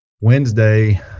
Wednesday